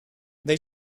they